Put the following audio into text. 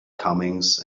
comings